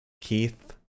Keith